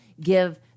give